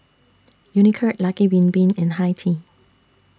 Unicurd Lucky Bin Bin and Hi Tea